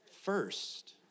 First